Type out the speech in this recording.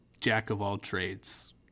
jack-of-all-trades